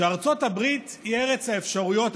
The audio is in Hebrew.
שארצות הברית היא ארץ האפשרויות הבלתי-מוגבלות.